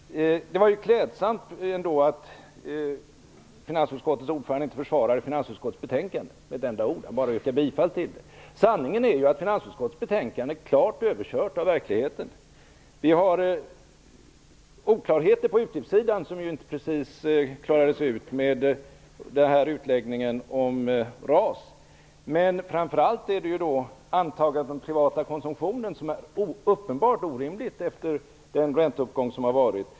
Det var klädsamt ändå att finansutskottets ordförande inte försvarade finansutskottets betänkande med ett enda ord utan bara yrkade bifall till förslagen. Sanningen är ju den att finansutskottets betänkande klart är överkört av verkligheten. Vi har oklarheter på utgiftssidan som inte precis klarades ut med utläggningen om RAS. Framför allt är antagandet om den privata konsumtionen uppenbart orimlig efter den ränteuppgång som har varit.